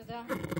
תודה.